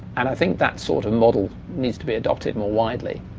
and i think that sort of model needs to be adopted more widely.